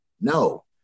No